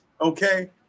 Okay